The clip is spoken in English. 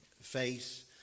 face